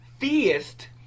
Theist